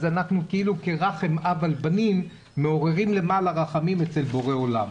אז אנחנו כאילו כרחם אב על בנים מעוררים למעלה רחמים אצל בורא עולם.